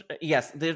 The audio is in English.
Yes